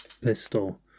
pistol